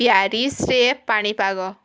ପ୍ୟାରିସରେ ପାଣିପାଗ